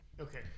Okay